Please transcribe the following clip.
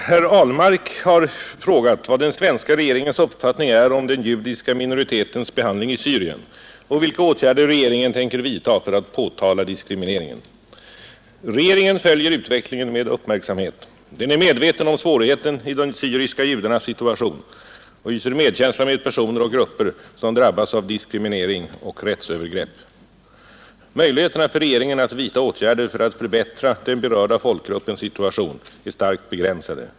Herr talman! Herr Ahlmark har frågat vad den svenska regeringens uppfattning är om den judiska minoritetens behandling i Syrien och vilka åtgärder regeringen tänker vidta för att påtala diskrimineringen. Regeringen följer utvecklingen med uppmärksamhet. Den är medveten om svårigheten i de syriska judarnas situation och hyser medkänsla med personer och grupper som drabbas av diskriminering och rättsövergrepp. Möjligheterna för regeringen att vidta åtgärder för att förbättra den berörda folkgruppens situation är starkt begränsade.